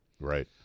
Right